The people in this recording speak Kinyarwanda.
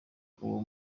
uwo